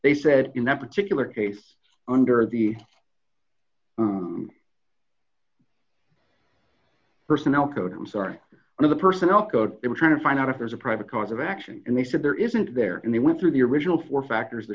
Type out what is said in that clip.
they said in that particular case under the personnel code i'm sorry of the personnel code they were trying to find out if there's a private cause of action and they said there isn't there and they went through the original four factors the